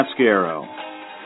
Mascaro